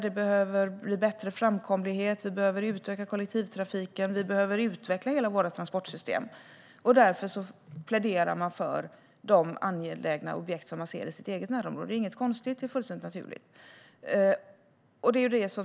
Det behöver bli bättre framkomlighet. Vi behöver utöka kollektivtrafiken. Vi behöver utveckla hela vårt transportsystem. Man pläderar för de angelägna objekt som man ser i sitt närområde. Det är inget konstigt. Det är fullständigt naturligt.